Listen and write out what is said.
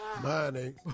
Money